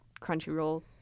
crunchyroll